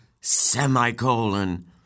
Semicolon